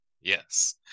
yes